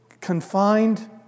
confined